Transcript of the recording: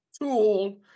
tool